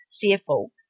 fearful